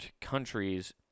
countries